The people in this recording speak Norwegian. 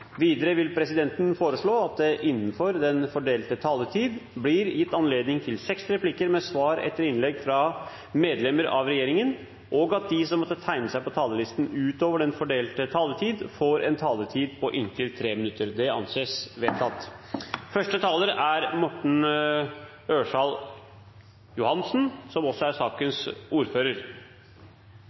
Videre vil presidenten foreslå at det – innenfor den fordelte taletid – blir gitt anledning til inntil seks replikker med svar etter innlegg fra medlemmer av regjeringen, og at de som måtte tegne seg på talerlisten utover den fordelte taletid, får en taletid på inntil 3 minutter. – Det anses vedtatt. Tilstrekkelig bredbåndsdekning er